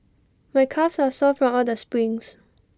my calves are sore from all the sprints